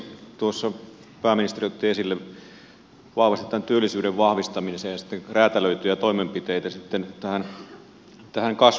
tuossa pääministeri otti esille vahvasti tämän työllisyyden vahvistamisen ja räätälöityjä toimenpiteitä tähän kasvun toimiin